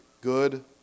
good